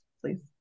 please